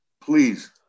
please